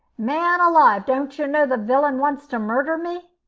man alive, don't you know the villain wants to murder me?